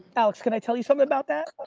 alex, can i tell you something about that?